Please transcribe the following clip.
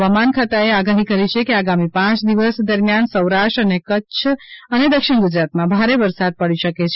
હવામાન ખાતાએ આગાહી કરી છે કે આગામી પાંચ દિવસ દરમ્યાન સૌરાષ્ટ્ર કચ્છ અને દક્ષિણ ગુજરાત માં ભારેવરસાદ પડી શકે છે